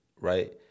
right